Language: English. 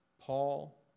Paul